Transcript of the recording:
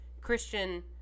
Christian